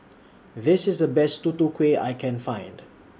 This IS The Best Tutu Kueh I Can Find